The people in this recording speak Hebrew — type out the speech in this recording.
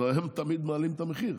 אז הם תמיד מעלים את המחיר.